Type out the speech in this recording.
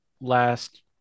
last